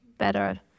better